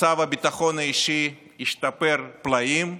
מצב הביטחון האישי השתפר פלאים,